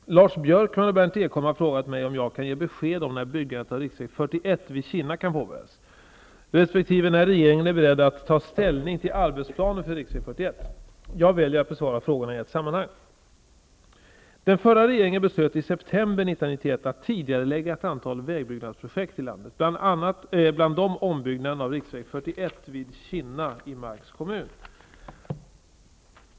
Herr talman! Lars Björkman och Berndt Ekholm har frågat mig om jag kan ge besked om när byggandet av riksväg 41 vid Kinna kan påbörjas, resp. när regeringen är beredd att ta ställning till arbetsplanen för riksväg 41. Jag väljer att besvara frågorna i ett sammanhang. Den förra regeringen beslöt i september 1991 att tidigarelägga ett antal vägbyggnadsobjekt i landet, bland dem ombyggnaden av riksväg 41 vid Kinna i Marks kommun.